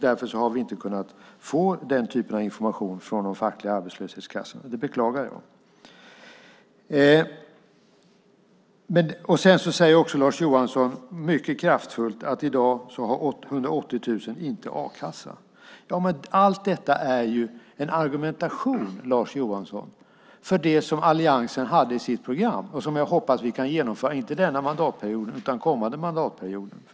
Därför har vi inte kunnat få den typen av information från de fackliga arbetslöshetskassorna. Det beklagar jag. Lars Johansson sade också mycket kraftfullt att 180 000 personer i dag inte har någon a-kassa. Men allt detta är en argumentation, Lars Johansson, för det som alliansen hade i sitt program och som jag hoppas att vi kan genomföra inte denna mandatperiod utan kommande mandatperiod.